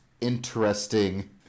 interesting